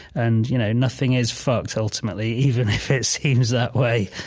and you know nothing is fucked, ultimately, even if it seems that way.